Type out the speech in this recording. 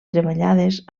treballades